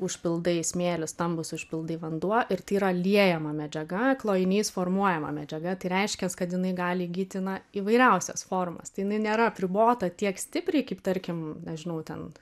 užpildai smėlis stambūs užpildai vanduo ir tyra liejama medžiaga klojinys formuojama medžiaga tai reiškias kad jinai gali įgyti na įvairiausias formas tai jinai nėra apribota tiek stipriai kaip tarkim nežinau ten